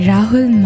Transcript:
Rahul